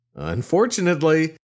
Unfortunately